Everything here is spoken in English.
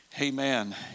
amen